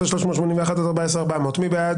14,241 עד 14,260, מי בעד?